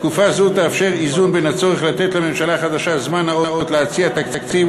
תקופה זו תאפשר איזון בין הצורך לתת לממשלה החדשה זמן נאות להציע תקציב,